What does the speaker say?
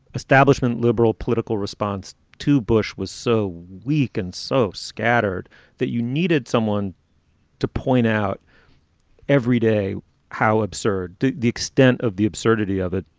establishment liberal political response to bush was so weak and so scattered that you needed someone to point out every day how absurd the extent of the absurdity of it.